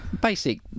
basic